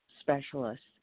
specialists